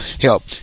help